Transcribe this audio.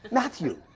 matthew,